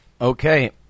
Okay